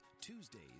Tuesdays